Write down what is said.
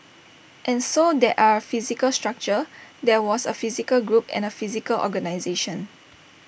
and so there are A physical structure there was A physical group and A physical organisation